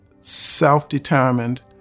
self-determined